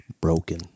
broken